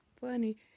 funny